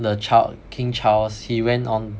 the Ch~ King Charles he went on